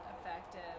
effective